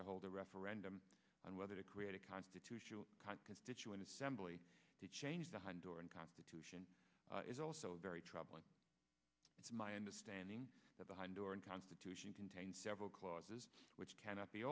to hold a referendum on whether to create a constitutional constituent assembly to change the hind or and constitution is also very troubling to my understanding that behind door and constitution contains several clauses which cannot be